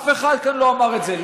אף אחד כאן לא אמר את זה,